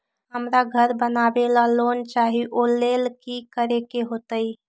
हमरा घर बनाबे ला लोन चाहि ओ लेल की की करे के होतई?